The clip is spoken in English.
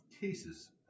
cases